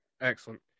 Excellent